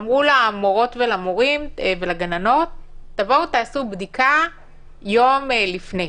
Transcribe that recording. אמרו למורים ולגננות לעשות בדיקה יום לפני.